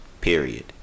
period